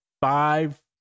five